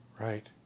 Right